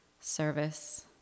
service